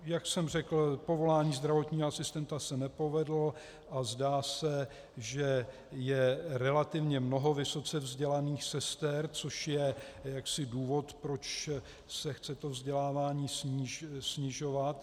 Jak jsem řekl, povolání zdravotního asistenta se nepovedlo a zdá se, že je relativně mnoho vysoce vzdělaných sester, což je důvod, proč se chce to vzdělávání snižovat.